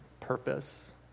purpose